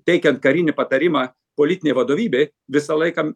teikiant karinį patarimą politinė vadovybė visą laiką